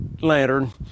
lantern